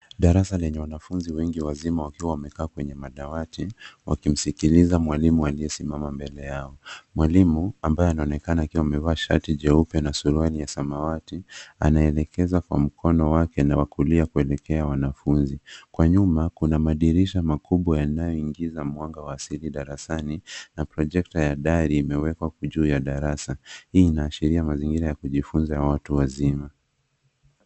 Darasa lenye wanafunzi wengi wazima wakiwa wamekaa kwenye madawati wakimsikiliza mwalimu aliyesimama mbele yao. Mwalimu ambaye anaonekana akiwa amevaa shati jeupe na suruali ya samawati anaelekeza kwa mkono wake na wa kulia kuelekea wanafunzi. Kwa nyuma kuna madirisha makubwa yanayoingiza mwanga wa asili darasani na projekta ya dari imewekwa juu ya darasa. Hii inaashiria mazingira ya kujifunza ya watu wazima.